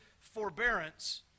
forbearance